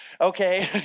Okay